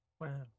wow